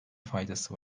faydası